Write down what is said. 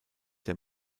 der